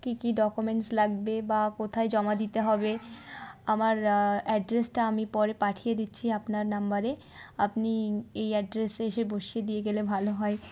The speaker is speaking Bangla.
কী কী ডকুমেন্টস লাগবে বা কোথায় জমা দিতে হবে আমার অ্যাড্রেসটা আমি পরে পাঠিয়ে দিচ্ছি আপনার নম্বারে আপনি এই অ্যাড্রেসে এসে বসিয়ে দিয়ে গেলে ভালো হয়